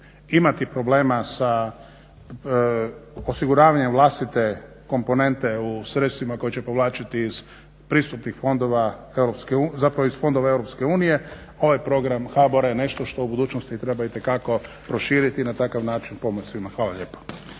imati problema sa osiguravanjem vlastite komponente u sredstvima koja će povlačiti iz pristupnih fondova Europske unije, zapravo iz fondova Europske unije ovaj program HBOR-a je nešto što u budućnosti treba itekako proširiti i na takav način pomoći svima. Hvala lijepa.